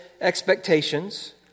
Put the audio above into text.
expectations